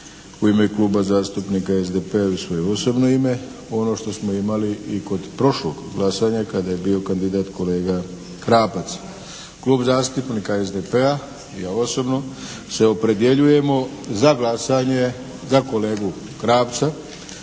u ime Kluba zastupnika SDP-a i u svoje osobno ime ono što smo imali i kod prošlog glasanja kada je bio kandidat kolega Krapac. Klub zastupnika SDP-a i ja osobno se opredjeljujemo za glasanje za kolegu Krapca